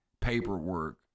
paperwork